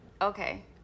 Okay